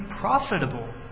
profitable